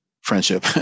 friendship